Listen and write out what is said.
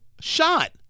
shot